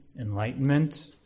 enlightenment